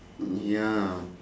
ya